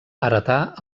heretà